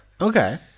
Okay